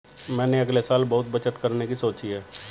मैंने अगले साल बहुत बचत करने की सोची है